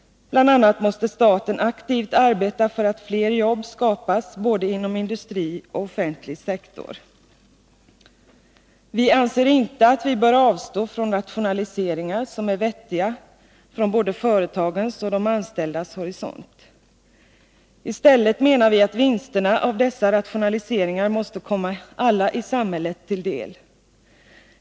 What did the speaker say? Bl. a. måste staten aktivt arbeta för att fler jobb skapas både inom industri och inom offentlig sektor. Vi anser inte att vi bör avstå från rationaliseringar som är vettiga från både företagens och de anställdas horisont. I stället menar vi att vinsterna av dessa rationaliseringar måste komma alla i samhället till del.